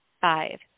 Five